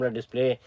display